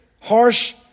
harsh